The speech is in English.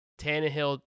Tannehill